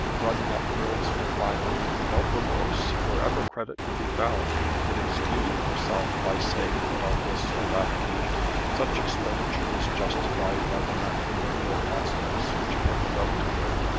running up bills for finery without remorse wherever credit could be found, and excusing herself by saying that on this or that occasion such expenditure was justified by the matrimonial prospects which it opened out to her.